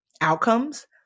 outcomes